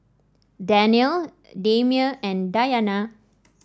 Danial Damia and Dayana